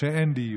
שאין דיור.